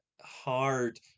hard